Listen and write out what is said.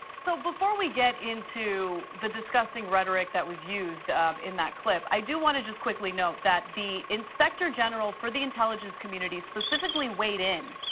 so before we get into the disgusting rhetoric that was used in that clip, i do want to just quickly note that the inspector general for the intelligence community specifically weighed in,